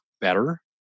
better